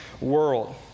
world